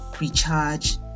recharge